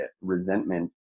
resentment